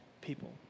people